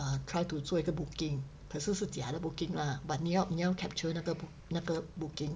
err try to 做一个 booking 可是是假的 booking lah but 你要你要 capture 那个 boo~ 那个 booking